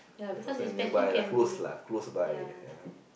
the person nearby lah close lah close by ya